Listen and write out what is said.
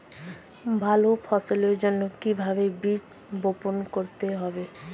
ভালো ফসলের জন্য কিভাবে বীজ বপন করতে হবে?